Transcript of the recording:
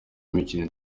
imikino